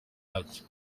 yacyo